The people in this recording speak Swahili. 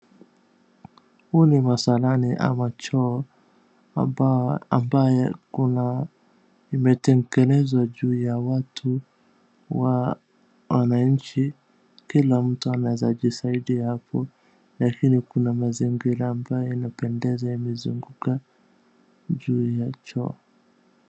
Huu ni msalani ama choo ambaye kuna imetengenzwa juu ya watu wananchi. Kila mtu anaeza jisaidia hapo lakini kuna mazingira ambayo inapendeza imezunguka juu ya choo.